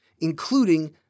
including